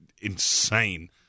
insane